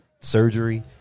surgery